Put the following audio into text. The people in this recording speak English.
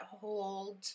hold